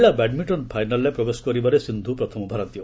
ମହିଳା ବ୍ୟାଡମିଷ୍କନ ଫାଇନାଲ୍ରେ ପ୍ରବେଶ କରିବାରେ ସିନ୍ଧୁ ପ୍ରଥମ ଭାରତୀୟ